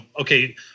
okay